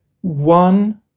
One